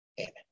Amen